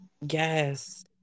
Yes